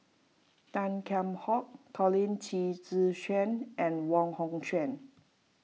Tan Kheam Hock Colin Qi Zi Xuan and Wong Hong Quen